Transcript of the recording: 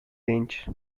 range